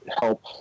help